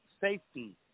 safety